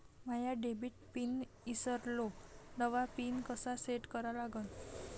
माया debit pin ईसरलो, नवा pin कसा सेट करा लागन?